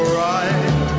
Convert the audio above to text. right